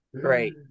Great